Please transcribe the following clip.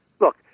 look